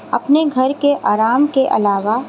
اپنے گھر کے آرام کے علاوہ